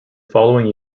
following